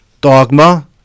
Dogma